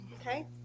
Okay